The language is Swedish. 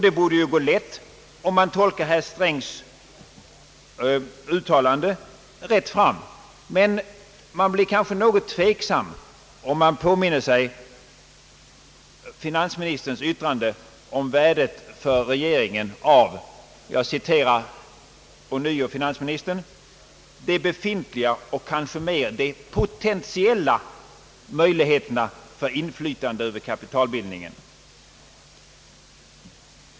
Det borde ju gå lätt, om man tolkar herr Strängs uttalande rätt fram, men man blir kanske något tveksam när man påminner sig finansministerns yttrande om värdet för regeringen av »de befintliga och kanske mer de potentiella möjligheterna för inflytande över kapitalbildningen».